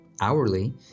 hourly